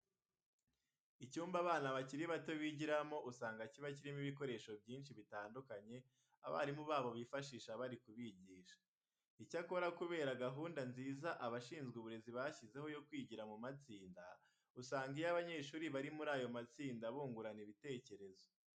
Icyumba abana bakiri bato bigiramo usanga kiba kirimo ibikoresho byinshi bitandukanye abarimu babo bifashisha bari kubigisha. Icyakora kubera gahunda nziza abashinzwe uburezi bashyizeho yo kwigira mu matsinda, usanga iyo abanyeshuri bari muri ayo matsinda bungurana ibitekerezo.